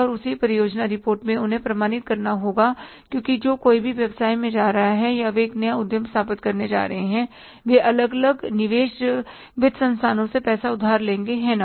और उसी परियोजना रिपोर्ट में उन्हें प्रमाणित करना होगा क्योंकि जो कोई भी व्यवसाय में जा रहा है या वे एक नया उद्यम स्थापित कर रहे हैं वे अलग अलग निवेश वित्त संस्थानों से पैसा उधार लेंगे है ना